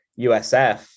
usf